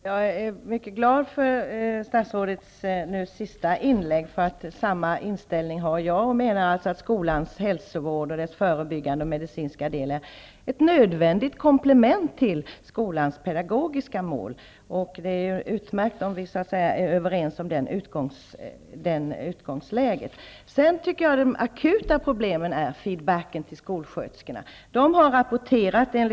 Herr talman! Jag är glad för statsrådets senaste inlägg. Jag har samma inställning. Jag menar att den förebyggande och medicinska skolhälsovården är ett nödvändigt komplement till skolans pedagogiska mål. Det är utmärkt om vi är överens om det utgångsläget. De akuta problemen gäller den feedback skolsköterskorna vill ha.